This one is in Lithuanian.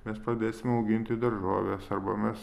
mes pradėsim auginti daržoves arba mes